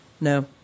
No